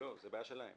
זה בעיה שלהם.